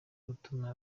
gutuma